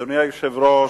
אדוני היושב-ראש,